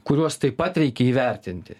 kuriuos taip pat reikia įvertinti